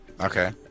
okay